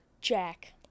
Jack